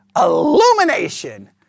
Illumination